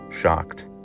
shocked